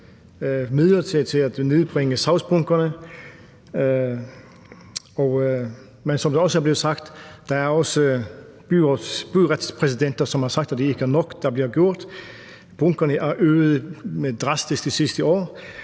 afsættes midler til at nedbringe sagsbunkerne. Men som byretspræsidenter også har sagt er det ikke nok, der bliver gjort. Bunkerne er øget drastisk de sidste år,